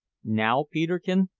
now, peterkin,